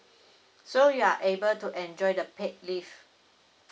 so you're able to enjoy the paid leave